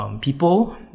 people